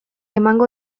emango